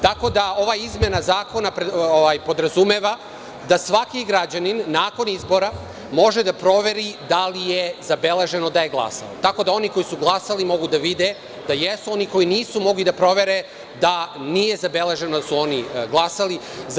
Tako da, ova izmena zakona podrazumeva da svaki građanin nakon izbora može da proveri da li je zabeleženo da je glasao, tako da oni koji su glasali mogu da vide da jesu, oni koji nisu, mogu da provere da nije zabeleženo da su oni glasali.